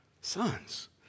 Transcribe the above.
sons